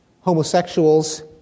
homosexuals